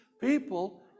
people